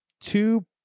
two